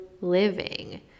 living